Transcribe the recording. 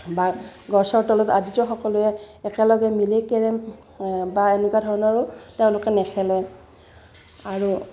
বা গছৰ তলত আদিতো সকলোৱে একেলগে মিলি কেৰেম বা এনেকুৱা ধৰণৰো তেওঁলোকে নেখেলে আৰু